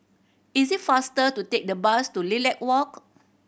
is it faster to take the bus to Lilac Walk